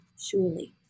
surely